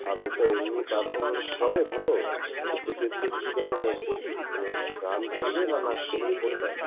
আর ও তো এমনি পারফরমেন্স করে ভালো তো সেক্ষেত্রে কী ধরনের মানে কী মানে গান করবে না নাচ করবে কোনটা